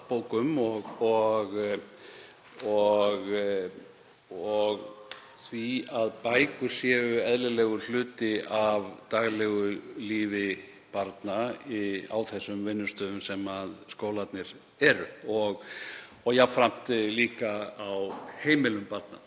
bókum og því að bækur séu eðlilegur hluti af daglegu lífi barna á þeim vinnustöðum sem skólarnir eru og jafnframt á heimilum barna.